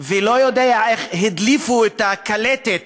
ולא יודע איך הדליפו את הקלטת.